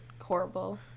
horrible